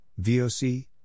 VOC